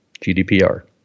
GDPR